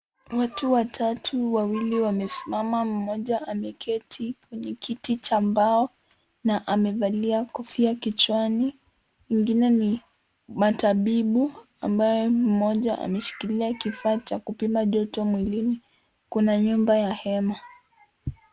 Watu watatu wawili wamesimama mmoja ameketi kwenye kiti cha mbao na amevalia kofia kichwani wengine ni matabibu ambaye mmoja ameshikilia kifaa cha kupima joto mwilini kuna nyumba ya hema.